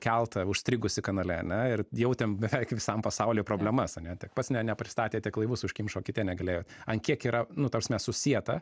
keltą užstrigusį kanale ane ir jautėm beveik visam pasauly problemas ane tiek pats ne nepristatė tiek laivus užkimšo kiti negalėjo ant kiek yra nu ta prasme susieta